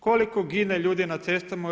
Koliko gine ljudi na cestama u EU?